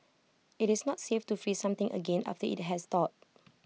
IT is not safe to freeze something again after IT has thawed